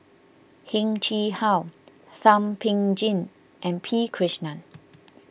Heng Chee How Thum Ping Tjin and P Krishnan